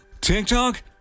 TikTok